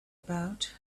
about